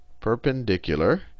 perpendicular